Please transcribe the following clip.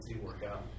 workout